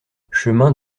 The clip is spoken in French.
chemin